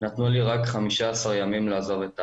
נתנו לי רק חמישה עשר ימים לעזוב את הארץ,